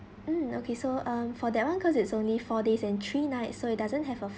mm okay so um for that [one] cause it's only four days and three nights so it doesn't have a